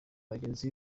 bagenzi